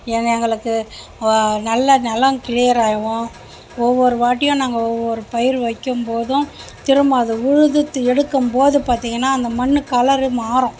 எது எங்களுக்கு நல்ல நிலம் கிளியராகும் ஒவ்வொரு வாட்டியும் நாங்கள் ஒவ்வொரு பயிர் வைக்கும்போதும் திரும்ப அது உழுது எடுக்கும்போது பார்த்திங்கனா அந்த மண் கலரு மாறும்